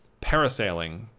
parasailing